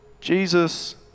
Jesus